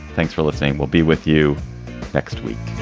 thanks for listening. we'll be with you next week